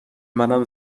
منم